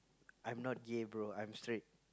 I'm not gay bro I'm straight